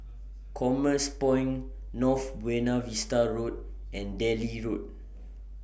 Commerce Point North Buona Vista Road and Delhi Road